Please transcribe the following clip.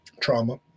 trauma